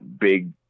big